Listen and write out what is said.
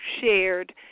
shared